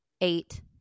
eight